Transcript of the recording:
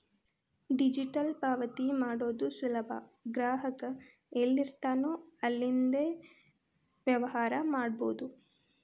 digital ಪಾವತಿ ಮಾಡೋದು ಸುಲಭ ಗ್ರಾಹಕ ಎಲ್ಲಿರ್ತಾನೋ ಅಲ್ಲಿಂದ್ಲೇ ವ್ಯವಹಾರ ಮಾಡಬೋದು